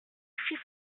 six